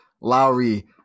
Lowry